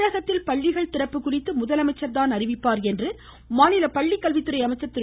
தமிழகத்தில் பள்ளிகள் திறப்பு குறித்து முதலமைச்சர்தான் அறிவிப்பார் என்று மாநில பள்ளிக் கல்வித்துறை அமைச்சர் திரு